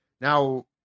now